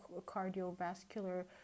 cardiovascular